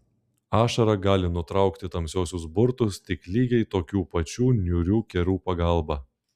ašara gali nutraukti tamsiuosius burtus tik lygiai tokių pačių niūrių kerų pagalba